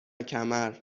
کمر